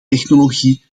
technologie